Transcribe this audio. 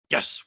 Yes